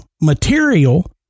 material